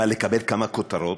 מה, לקבל כמה כותרות?